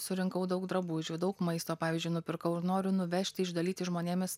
surinkau daug drabužių daug maisto pavyzdžiui nupirkau ir noriu nuvežti išdalyti žmonėmis